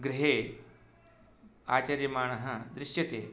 गृहे आचर्यमाणः दृश्यते